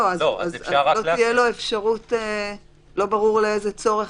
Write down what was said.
לא ברור איזה צורך